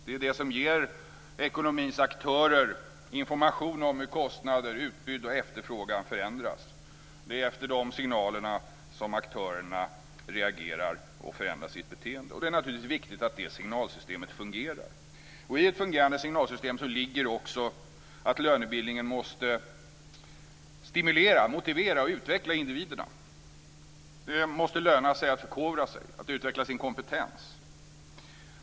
Det är ju det som ger ekonomins aktörer information om hur kostnader, utbud och efterfrågan förändras, och det är efter de signalerna reagerar och förändrar sitt beteende. Det är naturligtvis viktigt att detta signalsystem fungerar. I ett fungerande signalsystem ligger också att lönebildningen måste stimulera, utveckla och motivera individerna. Det måste löna sig att förkovra sig och att utveckla sin kompetens.